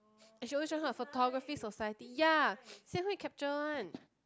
and she always join those kind of photography society ya Xian-Hui capture one